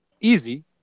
easy